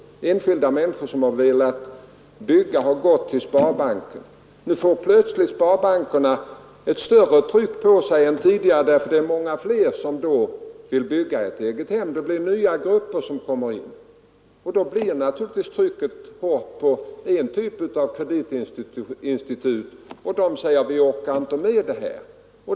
Enskilda människor som har velat bygga har gått till sparbankerna. Nu får plötsligt sparbankerna ett större tryck på sig än tidigare, därför att det är många fler som vill bygga ett eget hem. Nya grupper kommer in. Trycket blir naturligtvis hårt på en typ av kreditinstitut, och de säger sig inte orka med det.